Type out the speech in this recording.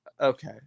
okay